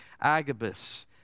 Agabus